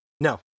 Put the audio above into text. no